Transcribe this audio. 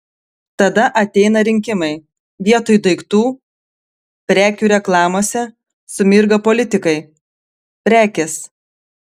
tada ateina rinkimai vietoj daiktų prekių reklamose sumirga politikai prekės